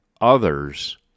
others